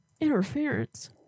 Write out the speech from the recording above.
interference